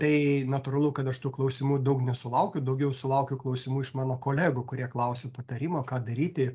tai natūralu kad aš tų klausimų daug nesulaukiu daugiau sulaukiu klausimų iš mano kolegų kurie klausia patarimo ką daryti